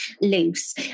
loose